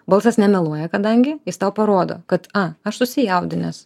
balsas nemeluoja kadangi jis tau parodo kad a aš susijaudinęs